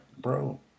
bro